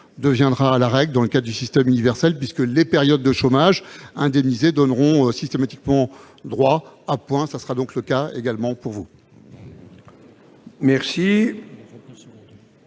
deviendra la règle dans le cadre du système universel, puisque les périodes de chômage indemnisées donneront systématiquement droit à points. Ce sera donc également le cas sur